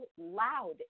loud